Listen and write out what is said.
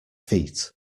feet